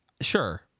sure